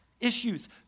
issues